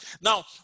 Now